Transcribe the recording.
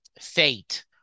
fate